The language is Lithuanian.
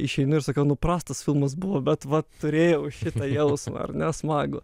išeinu ir sakau nu prastas filmas buvo bet vat turėjau šitą jausmą ar ne smagų